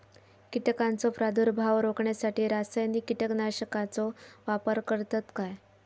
कीटकांचो प्रादुर्भाव रोखण्यासाठी रासायनिक कीटकनाशकाचो वापर करतत काय?